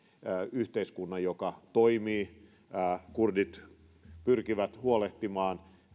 yhteiskunnan joka toimii kurdit pyrkivät huolehtimaan